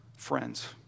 friends